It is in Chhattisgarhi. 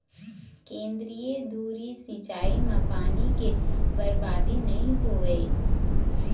केंद्रीय धुरी सिंचई म पानी के बरबादी नइ होवय